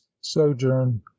sojourn